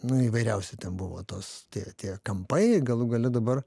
nu įvairiausių ten buvo tos tie tie kampai galų gale dabar